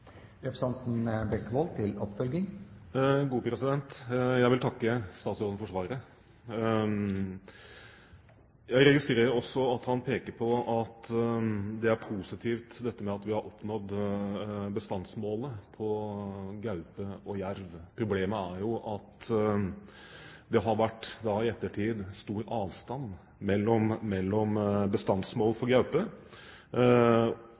Jeg vil takke statsråden for svaret. Jeg registrerer også at han peker på at det er positivt at vi har oppnådd bestandsmålet for gaupe og jerv. Problemet er at det i ettertid har vært stor avstand mellom bestand og bestandsmål